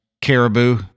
caribou